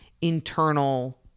internal